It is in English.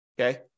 okay